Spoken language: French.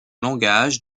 langage